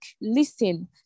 Listen